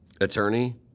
Attorney